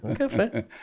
Okay